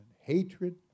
Hatred